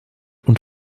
und